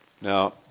Now